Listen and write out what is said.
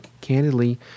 candidly